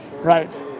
Right